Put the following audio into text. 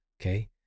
okay